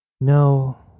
No